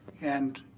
and